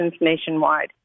nationwide